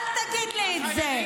אל תגיד לי את זה.